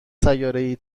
سیارهای